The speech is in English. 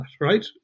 right